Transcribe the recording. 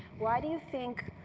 why do you think